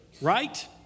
right